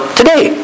today